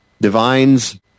Divine's